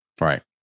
Right